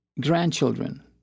grandchildren